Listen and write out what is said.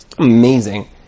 amazing